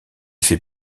fait